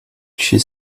she